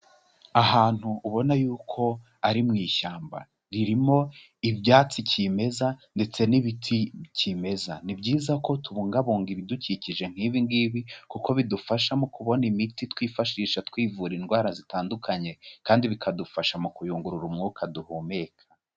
Ahantu ubona yuko ari mu ishyamba, ririmo ibyatsi kimeza ndetse n'ibiti kimeza, ni byiza ko tubungabunga ibidukikije nk'ibi ngibi kuko bidufasha mu kubona imiti twifashisha twivura indwara zitandukanye kandi bikadufasha mu kuyungurura umwuka duhumeka.